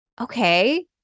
Okay